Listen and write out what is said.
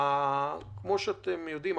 כמו שאתם יודעים,